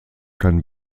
kein